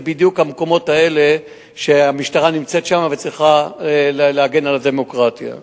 אלה בדיוק המקומות האלה שהמשטרה נמצאת שם וצריכה להגן על הדמוקרטיה.